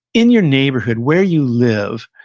in your neighborhood where you live,